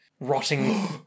rotting